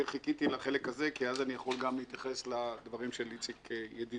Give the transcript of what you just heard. שחיכיתי לחלק הזה כי אז אני יכול גם להתייחס לדברים של איציק ידידי.